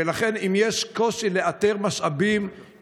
ולכן אם יש קושי לאתר משאבים,